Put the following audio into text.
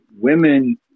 women